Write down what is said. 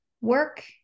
work